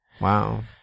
Wow